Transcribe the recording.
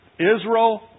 Israel